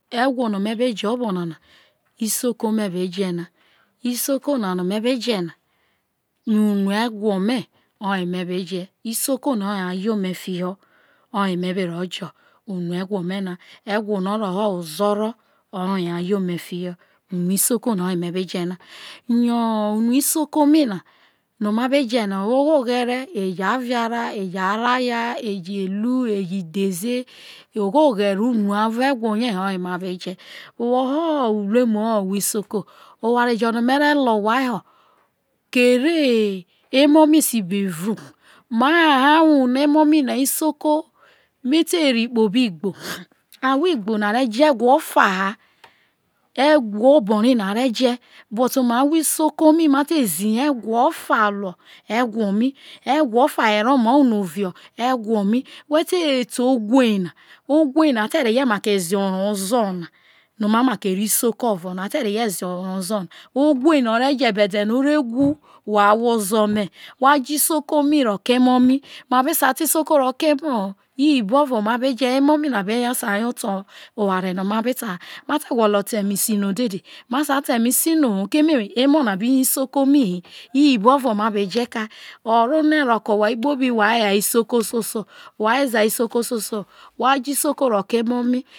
Egwo no me be je obona na isoko me be je na isoko na me be je na unu egwo me me be je na isoko na oye a ye ome fiho yo me be ro je unu egwo me na, egwo no o roho ozoro oye a ye ome fiho unu isoko na oye aye ome fiho unu isoko na oye me be je na yo unu isoko me na no ma be je na oro ogho ghere ejo aviara ejo araya, ejo ellu, ejo idheze oghoghere ahwo aruo egwo ye abe je. Woho illemu ahwo isoko oware jo no mere lo o whai ho kere emo mi se ba evru ma ha wune emo mi isoko me teri kpo obi igbo ahwu igbo na re je egwu ofeha, egwo obo ri na a re je but mai ahwo isoko mi ma te ziye egwo ofa ino egwo mi, egwo ofa were omai unu vio egwo mi, whe teto owhe na, owhe na atemake reye ze oro ozo na no ma maki ro, isoko orona ate reye ze oro na owhe. Na ore je be ede no ore wu, wha ahwo ozo me wha je isoko me ro ke emo mi ma be sa ta isoko roke emo ho iyibo ovo ma be je emo mi na be sa yo oto oware no ma be ta ha ma te gwolo ta eme sino dede ma sa ta eme sino ho keme emo na bi yo isoko mi hi, iyibo oro ma be je kai oro one ro ke owhai kpobi whai eya isoko soso whai eza isoko soso wha je isoko roke emo mi